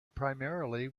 primarily